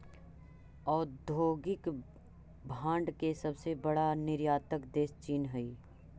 औद्योगिक भांड के सबसे बड़ा निर्यातक देश चीन हई